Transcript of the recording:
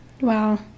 Wow